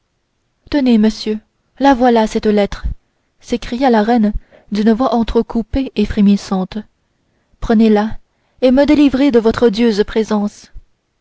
tenez monsieur la voilà cette lettre s'écria la reine d'une voix entrecoupée et frémissante prenez-la et me délivrez de votre odieuse présence